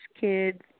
kids